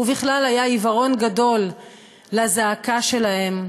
ובכלל היה עיוורון גדול לזעקה שלהם,